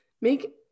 make